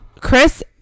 Chris